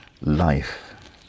life